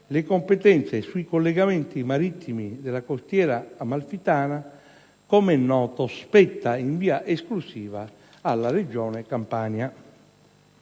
le competenze sui collegamenti marittimi della costiera amalfitana, come noto, spettano in via esclusiva alla Regione Campania.